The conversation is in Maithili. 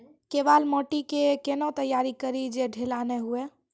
केवाल माटी के कैना तैयारी करिए जे ढेला नैय हुए?